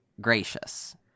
gracious